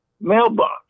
mailbox